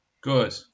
Good